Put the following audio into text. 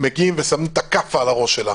מגיעים ושמים את הכאפה על הראש שלה.